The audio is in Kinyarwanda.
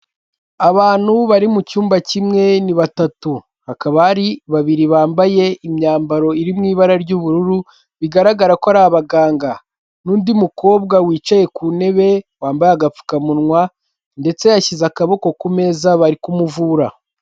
Abantu bari mu cyumba kimwe ni batatu bakaba hari babiri bambaye imyambaro iri mu ibara ry'ubururu bigaragara ko ari abaganga, n'undi mukobwa wicaye ku ntebe wambaye agapfukamunwa ndetse yashyize akaboko ku meza bari kumuvura.